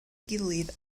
gilydd